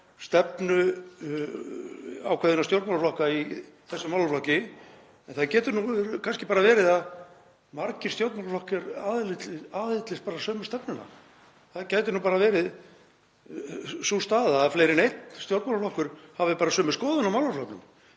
stefnu ákveðinna stjórnmálaflokka í þessum málaflokki, að það getur kannski bara verið það að margir stjórnmálaflokkar aðhyllist sömu stefnuna. Það gæti bara verið sú staða að fleiri en einn stjórnmálaflokkur hafi sömu skoðun á málaflokknum.